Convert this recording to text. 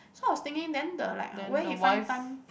so I was thinking then the like where he find time